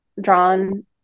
drawn